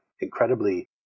incredibly